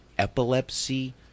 Epilepsy